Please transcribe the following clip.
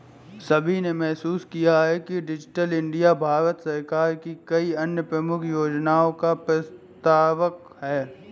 सभी ने महसूस किया है कि डिजिटल इंडिया भारत सरकार की कई अन्य प्रमुख योजनाओं का प्रवर्तक है